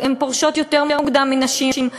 והן פורשות יותר מוקדם מגברים,